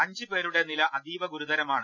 അഞ്ച് പേരുടെ നില അതീവ ഗൂരുതരമാണ്